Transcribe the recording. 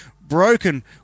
broken